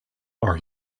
are